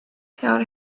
seal